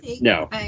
No